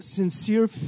sincere